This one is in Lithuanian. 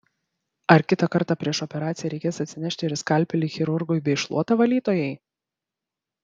ar kitą kartą prieš operaciją reikės atsinešti ir skalpelį chirurgui bei šluotą valytojai